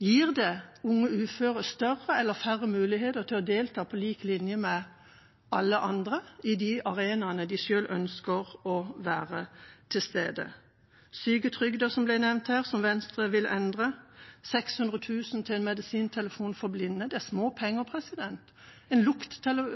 Gir det unge uføre større eller færre muligheter til å delta på lik linje med alle andre på de arenaene der de selv ønsker å være til stede? Syketrygden, som ble nevnt her, og som Venstre vil endre, 600 000 kr til en medisintelefon for blinde – det er småpenger, en